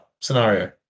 scenario